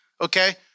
okay